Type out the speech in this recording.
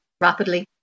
rapidly